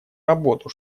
работу